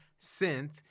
synth